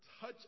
touch